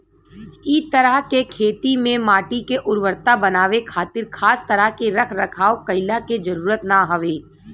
इ तरह के खेती में माटी के उर्वरता बनावे खातिर खास तरह के रख रखाव कईला के जरुरत ना हवे